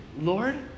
Lord